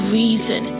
reason